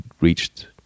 reached